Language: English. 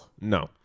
No